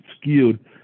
skewed